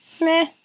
meh